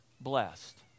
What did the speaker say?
blessed